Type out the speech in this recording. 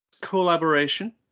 collaboration